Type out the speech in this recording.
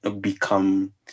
become